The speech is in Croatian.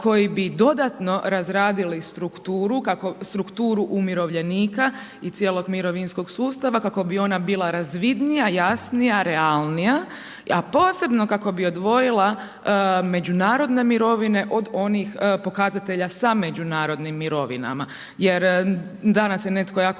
koji bi dodatno razradili strukturu umirovljenika i cijelog mirovinskog sustava kako bi ona bila razvidnija, jasnija, realnija, a posebno kako bi odvojila međunarodne mirovine od onih pokazatelja sa međunarodnim mirovinama. Jer danas je netko jako